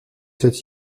cette